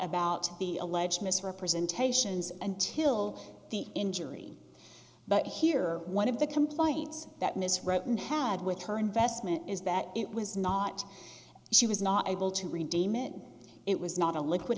about the alleged misrepresentations until the injury but here one of the complaints that ms retton had with her investment is that it was not she was not able to redeem it it was not a liquid